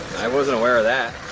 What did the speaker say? i wasn't aware of that.